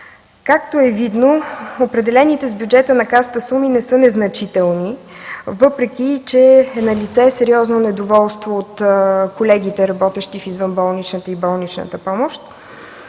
Както е видно, определените с бюджета на Касата суми не са незначителни, въпреки че са налице сериозно недоволство от колегите, работещи в извънболничната и болничната помощ,